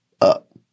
up